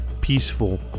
peaceful